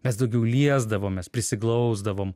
mes daugiau liesdavomės prisiglausdavom